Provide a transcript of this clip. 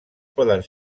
poden